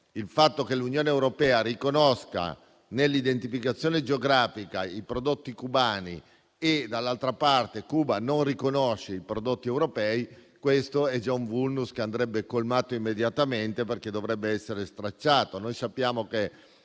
Il fatto che l'Unione europea riconosca nell'identificazione geografica i prodotti cubani, e dall'altra parte, Cuba non riconosce i prodotti europei è già un *vulnus* che andrebbe colmato immediatamente. Sappiamo